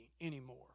anymore